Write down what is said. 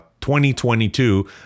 2022